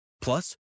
Plus